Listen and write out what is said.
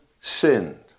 sinned